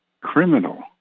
criminal